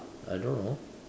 I don't know